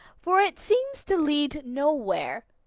for it seems to lead nowhere,